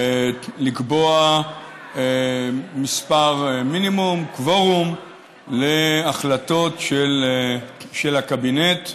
לקבוע מספר מינימום, קוורום, להחלטות של הקבינט.